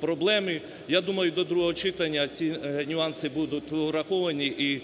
проблеми. Я думаю, до другого читання ці нюанси будуть враховані